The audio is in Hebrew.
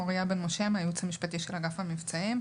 מוריה בן משה מהייעוץ המשפטי של אגף המבצעים.